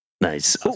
Nice